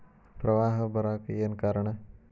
ಪ್ರವಾಹ ಬರಾಕ್ ಏನ್ ಕಾರಣ?